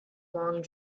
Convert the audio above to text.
long